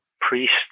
priest